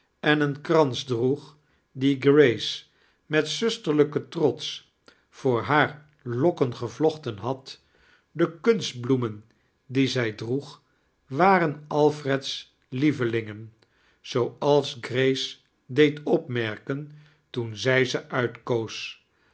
ein een krajis droeg dien grace met zusterlijken trots voor hare lokken gevlochten had de kunstbloemen die zij droeg waren alfred's lievelingen zooals grace deed opmerken toen zij ze uitkoos